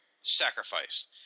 Sacrifice